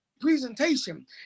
presentation